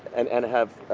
and and have